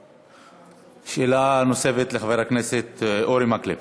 שאלה נוספת לחבר הכנסת אורי מקלב.